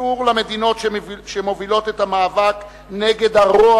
אסור למדינות שמובילות את המאבק נגד הרוע